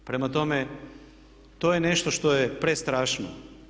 Prema tome, to je nešto što je prestrašno.